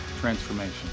transformation